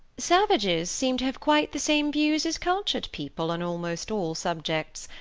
savages seem to have quite the same views as cultured people on almost all subjects.